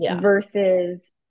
versus